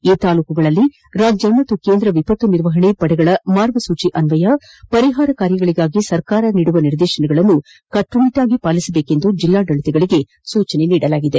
ಈ ತಾಲ್ಲೂಕುಗಳಲ್ಲಿ ರಾಜ್ಯ ಮತ್ತು ಕೇಂದ್ರ ವಿಪತ್ತು ನಿರ್ವಹಣೆ ಪಡೆಗಳ ಮಾರ್ಗಸೂಚಿ ಅನ್ವಯ ಪರಿಹಾರ ಕಾರ್ಯಗಳಿಗಾಗಿ ಸರ್ಕಾರ ನೀಡುವ ನಿರ್ದೇಶನಗಳನ್ನು ಕಟ್ಟುನಿಟ್ಟಾಗಿ ಪಾಲಿಸಬೇಕೆಂದು ಜಿಲ್ಲಾಡಳಿತಗಳಿಗೆ ಸೂಚಿಸಲಾಗಿದೆ